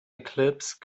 eclipse